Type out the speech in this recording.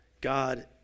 God